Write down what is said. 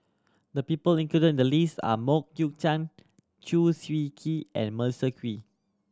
the people included in the list are Mok Ying Jang Chew Swee Kee and Melissa Kwee